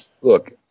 look